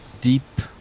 deep